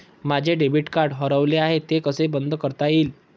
माझे debit card हरवले आहे ते कसे बंद करता येईल?